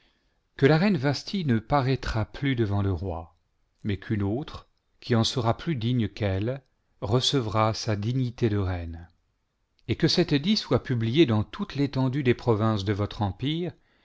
que la reine vasthi ne paraîtra plus devant le roi mais qu'une autre qui en sera plus digne qu'elle recevra sa dignité de reine et que cet édit soit publié dans toute l'étendue des provinces de votre empire